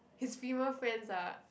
his female friends are